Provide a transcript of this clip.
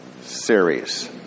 series